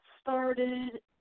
started